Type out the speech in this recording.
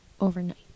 overnight